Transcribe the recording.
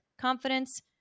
confidence